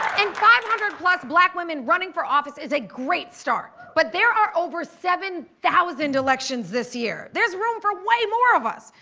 and five hundred plus black women running for office is a great start. but there are over seven thousand elections this year. there's room for way more of us.